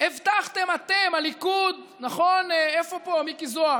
הבטחתם אתם, הליכוד, נכון, איפה מיקי זוהר?